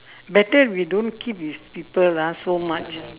better we don't keep this people ah so much